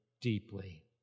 deeply